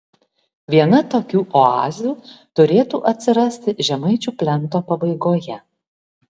viena tokių oazių turėtų atsirasti žemaičių plento pabaigoje